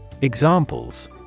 Examples